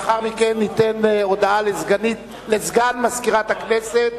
לאחר מכן, הודעה לסגן מזכירת הכנסת